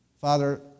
father